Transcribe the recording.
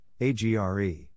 AGRE